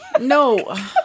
no